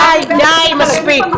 אבל עוד פעם, הגוף ------ די, מספיק.